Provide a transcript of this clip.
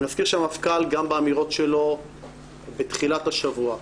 אני מזכיר שהמפכ"ל גם באמירות שלו בתחילת השבוע,